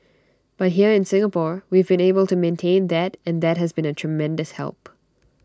but here in Singapore we've been able to maintain that and that has been A tremendous help